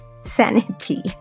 sanity